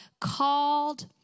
called